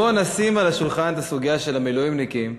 בוא נשים על השולחן את הסוגיה של המילואימניקים,